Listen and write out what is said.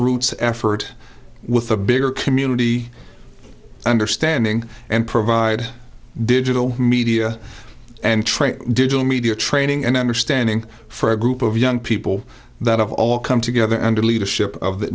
grassroots effort with a bigger community understanding and provide digital media and trade digital media training and understanding for a group of young people that have all come together under the leadership of the